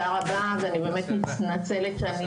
אני באמת מתנצלת שהפעם,